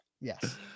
Yes